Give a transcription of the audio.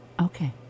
Okay